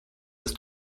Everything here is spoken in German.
ist